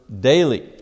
daily